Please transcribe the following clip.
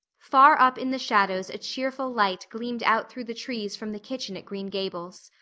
far up in the shadows a cheerful light gleamed out through the trees from the kitchen at green gables.